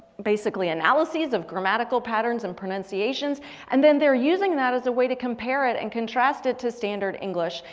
basically analyses of grammatical patterns and pronunciations and then they are using that. as a way to compare it and contrast it to standard english.